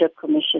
Commission